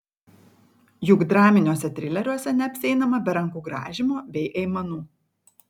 juk draminiuose trileriuose neapsieinama be rankų grąžymo bei aimanų